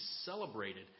celebrated